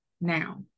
now